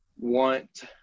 want